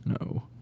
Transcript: No